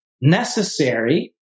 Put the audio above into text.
necessary